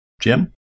Jim